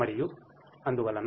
మరియు అందువలన